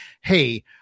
hey